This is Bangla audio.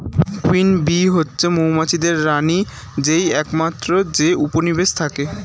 কুইন বী হচ্ছে মৌমাছিদের রানী যেই একমাত্র যে উপনিবেশে থাকে